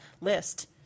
list